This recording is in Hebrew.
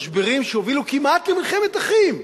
משברים שהובילו כמעט למלחמת אחים,